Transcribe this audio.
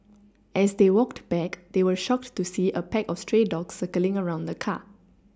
as they walked back they were shocked to see a pack of stray dogs circling around the car